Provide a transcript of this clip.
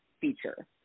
feature